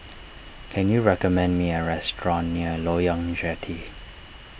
can you recommend me a restaurant near Loyang Jetty